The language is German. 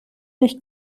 nicht